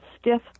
stiff